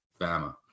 Bama